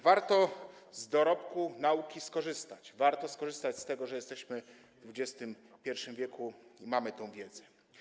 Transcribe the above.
Warto z dorobku nauki skorzystać, warto skorzystać z tego, że jesteśmy w XXI w. i mamy tę wiedzę.